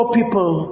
people